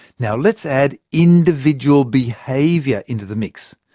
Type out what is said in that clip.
now let's add individual behaviour into the mix.